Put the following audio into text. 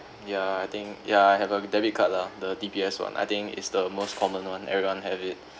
yeah I think yeah I have a debit card lah the D_B_S one I think it's the most common one everyone have it